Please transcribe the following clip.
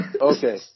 Okay